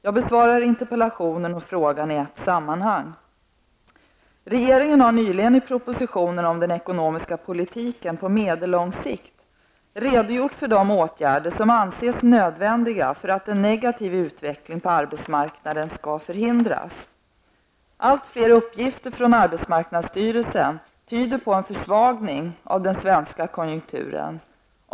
Jag besvarar interpellationen och frågan i ett sammanhang. Regeringen har nyligen i propositionen om den ekonomiska politiken på medellång sikt redogjort för de åtgärder som anses nödvändiga för att en negativ utveckling på arbetsmarknaden skall förhindras. Allt fler uppgifter från arbetsmarknadsstyrelsen tyder på en försvagning av den svenska konjunkturen.